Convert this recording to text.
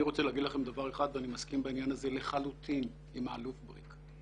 אני רוצה לומר דבר אחד בו אני מסכים לחלוטין עם האלוף בריק.